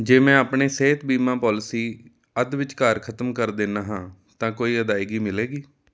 ਜੇ ਮੈਂ ਆਪਣੇ ਸਿਹਤ ਬੀਮਾ ਪੌਲਿਸੀ ਅੱਧ ਵਿਚਕਾਰ ਖ਼ਤਮ ਕਰ ਦਿੰਦਾ ਹਾਂ ਤਾਂ ਕੋਈ ਅਦਾਇਗੀ ਮਿਲੇਗੀ